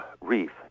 reef